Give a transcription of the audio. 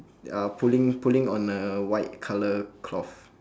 uh pulling pulling on a white colour cloth